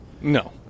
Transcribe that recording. No